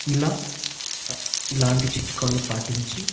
ఇలా ఇలాంటి చిట్కాలు పాటించి